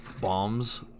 Bombs